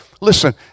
Listen